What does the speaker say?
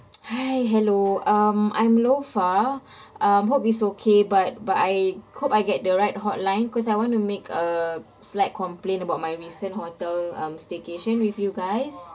hi hello um I'm lofa um hope it's okay but but I hope I get the right hotline cause I want to make a slight complaint about my recent hotel um staycation with you guys